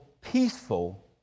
peaceful